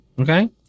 Okay